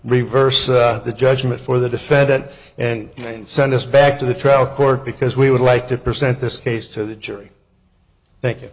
reverse the judgment for the defendant and then send us back to the trial court because we would like to present this case to the jury thank you